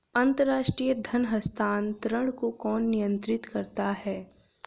अंतर्राष्ट्रीय धन हस्तांतरण को कौन नियंत्रित करता है?